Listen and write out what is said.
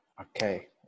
okay